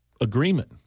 agreement